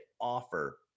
offer